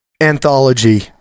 Anthology